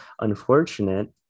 unfortunate